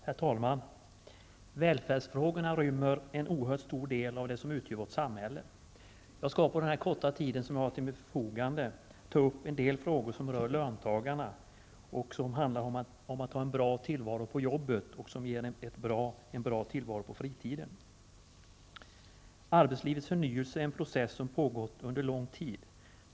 Herr talman! Välfärdsfrågorna rymmer en oerhört stor del av det som utgör vårt samhälle. Jag skall, på den korta tid som jag har till mitt förfogande, ta upp en del frågor som rör löntagarna, och som handlar om att ha en bra tillvaro på jobbet och ett bra liv på fritiden. Arbetslivets förnyelse är en process som pågått under lång tid.